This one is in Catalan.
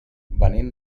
venim